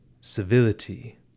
civility